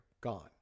gone